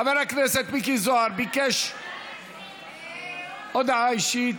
חבר הכנסת מיקי זוהר ביקש הודעה אישית.